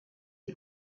est